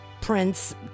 prince